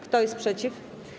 Kto jest przeciw?